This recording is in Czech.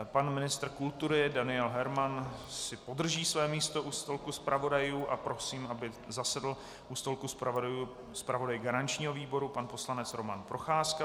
Pan ministr kultury Daniel Herman si podrží své místo u stolku zpravodajů a prosím, aby zasedl u stolku zpravodajů zpravodaj garančního výboru pan poslanec Roman Procházka.